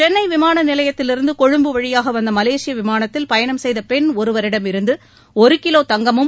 சென்னை விமான நிலையத்திற்கு கொழும்பு வழியாக வந்த மலேசிய விமானத்தில் பயணம் செய்த பெண் ஒருவரிடமிருந்து ஒரு கிலோ தங்கமும்